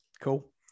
cool